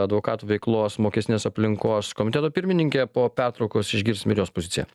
advokatų veiklos mokestinės aplinkos komiteto pirmininkė po pertraukos išgirsim ir jos poziciją